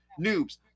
Noobs